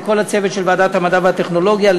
לכל הצוות של ועדת המדע והטכנולוגיה,